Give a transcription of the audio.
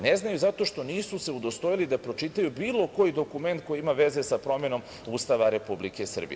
Ne znaju zato što se nisu udostojili da pročitaju bilo koji dokument koji ima veze sa promenom Ustava Republike Srbije.